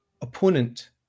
opponent